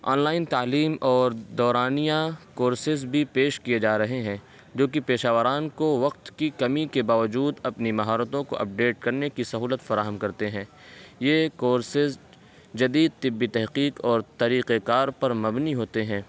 on line تعلیم اور دورانیہ کورسز بھی پیش کیے جا رہے ہیں جو کہ پیشہ وران کو وقت کی کمی کے باوجود اپنی مہارتوں کو اپڈیٹ کرنے کی سہولت فراہم کرتے ہیں یہ کورسز جدید طبی تحقیق اور طریقہ کار پر مبنی ہوتے ہیں